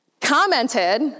commented